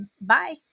Bye